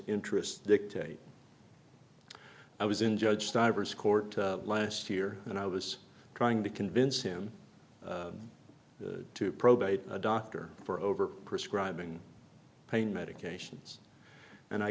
interests dictate i was in judge stivers court last year and i was trying to convince him to probate a doctor for over prescribing pain medications and i